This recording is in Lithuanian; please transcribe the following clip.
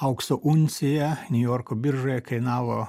aukso uncija niujorko biržoje kainavo